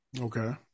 Okay